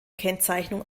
kennzeichnung